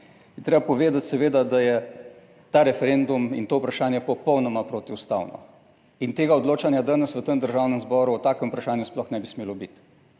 treba povedati seveda, da je ta referendum in to vprašanje popolnoma protiustavno in tega odločanja danes v tem Državnem zboru o takem vprašanju sploh ne bi smelo biti.